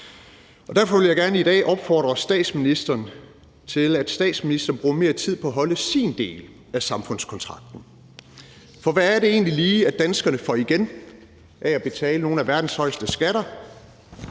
Derfor vil jeg gerne i dag opfordre statsministeren til, at statsministeren bruger mere tid på at holde sin del af aftalen om samfundskontrakten. For hvad er det lige, danskerne får igen af at betale nogle af verdens højeste skatter?